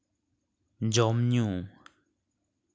ᱡᱚᱢ ᱧᱩ